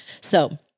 So-